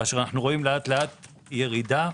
לאט-לאט אנו רואים ירידה.